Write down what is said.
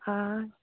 অঁ